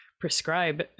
prescribe